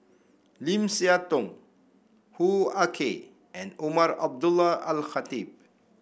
Lim Siah Tong Hoo Ah Kay and Umar Abdullah Al Khatib